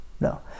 no